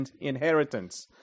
inheritance